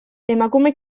emakume